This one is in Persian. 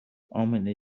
امنه